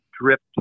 dripped